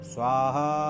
Swaha